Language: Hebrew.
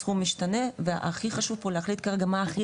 הסכום משתנה והכי חשוב פה להחליט כרגע מה הכי